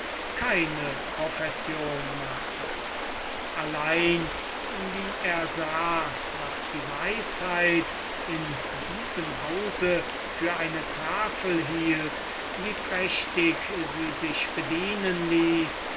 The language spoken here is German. keine profession mache allein wie er sah was die weisheit in diesem hause für eine tafel hielt wie prächtig sie sich bedienen ließ